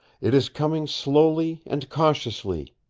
it is coming slowly and cautiously.